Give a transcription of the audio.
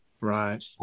Right